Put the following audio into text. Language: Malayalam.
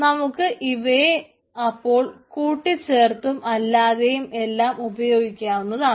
നമുക്ക് ഇവയെ അപ്പോൾ കൂട്ടി ചേർത്തും അല്ലാതെയും എല്ലാം ഉപയോഗിക്കാവുന്നതാണ്